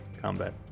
combat